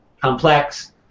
complex